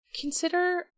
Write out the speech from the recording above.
Consider